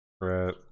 Right